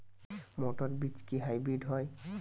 মটর বীজ কি হাইব্রিড হয়?